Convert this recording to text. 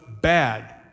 bad